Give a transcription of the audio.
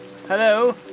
Hello